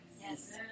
Yes